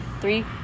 Three